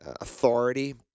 authority